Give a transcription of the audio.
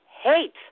hate